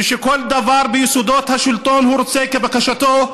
ושכל דבר ביסודות השלטון הוא רוצה כבקשתו,